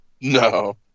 No